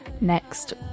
next